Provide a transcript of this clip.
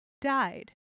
died